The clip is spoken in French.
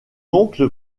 oncle